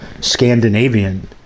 Scandinavian